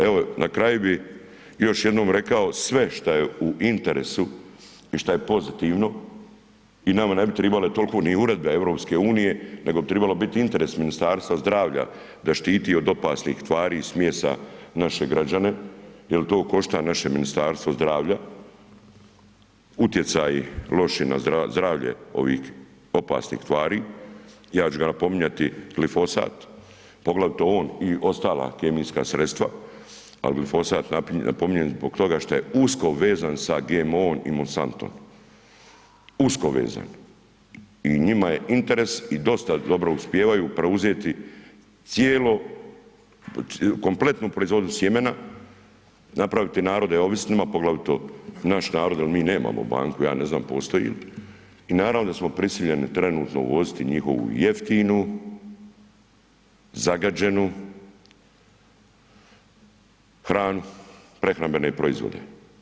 Evo na kraju bi još jednom rekao sve šta je u interesu i šta je pozitivno i nama ne bi trebale toliko ni uredbe EU nego bi trebalo biti interes Ministarstva zdravlja da štiti od opasnih tvari i smjesa naše građane jel to košta naše Ministarstvo zdravlja, utjecaj loši na zdravlje ovih opasnih tvari, ja ću ga napominjati glifosat, poglavito on i ostala kemijska sredstva, ali glifosat napominjem zbog toga što je usko vezan sa GMO-om i Monsantom, usko vezan i njima je interes i dosta dobro uspijevaju preuzeti kompletnu proizvodnju sjemena, napraviti narode ovisnima, poglavito naš narod jel mi nemamo banku, ja ne znam postoji li i naravno da smo prisiljeni trenutno uvoziti njihovu jeftinu, zagađenu hranu, prehrambene proizvode.